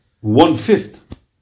one-fifth